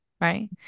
right